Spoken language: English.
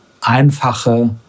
einfache